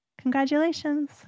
Congratulations